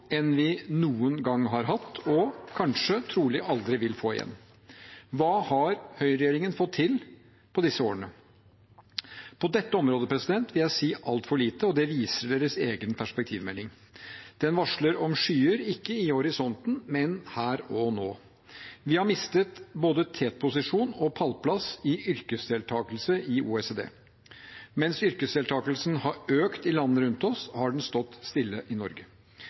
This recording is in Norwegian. enn vi noen gang har hatt og trolig aldri vil få igjen. Hva har høyreregjeringen fått til på disse årene? På dette området vil jeg si altfor lite, og det viser deres egen perspektivmelding. Den varsler om skyer, ikke i horisonten, men her og nå. Vi har mistet både tetposisjon og pallplass i yrkesdeltakelse i OECD. Mens yrkesdeltakelsen har økt i landene rundt oss, har den stått stille i Norge.